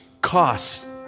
costs